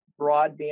broadband